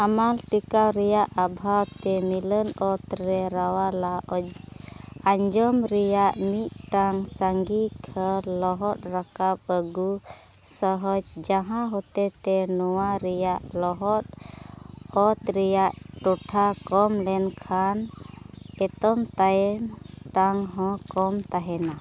ᱦᱟᱢᱟᱞ ᱴᱤᱠᱟ ᱨᱮᱭᱟᱜ ᱟᱵᱦᱟᱣᱟ ᱛᱮ ᱢᱤᱞᱚᱱ ᱚᱛ ᱨᱮ ᱨᱟᱣᱟᱞᱟᱜ ᱟᱸᱡᱚᱢ ᱨᱮᱭᱟᱜ ᱢᱤᱫᱴᱟᱝ ᱞᱚᱦᱚᱫ ᱨᱟᱠᱟᱵ ᱟᱹᱜᱩ ᱥᱚᱦᱚᱡᱽ ᱡᱟᱦᱟᱸ ᱦᱚᱛᱮᱡ ᱛᱮ ᱱᱚᱣᱟ ᱨᱮᱭᱟᱜ ᱞᱚᱦᱚᱫ ᱠᱷᱚᱛ ᱨᱮᱭᱟᱜ ᱴᱚᱴᱷᱟ ᱠᱚᱢ ᱞᱮᱱᱠᱷᱟᱱ ᱮᱛᱚᱢ ᱛᱟᱭᱚᱢ ᱫᱟᱢ ᱦᱚᱸ ᱠᱚᱢ ᱛᱟᱦᱮᱱᱟ